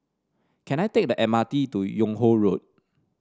can I take the M R T to Yung Ho Road